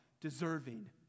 deserving